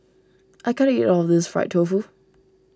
I can't eat all of this Fried Tofu